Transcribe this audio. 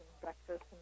breakfast